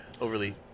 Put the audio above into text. overly